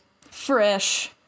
fresh